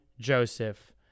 Joseph